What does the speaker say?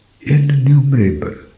innumerable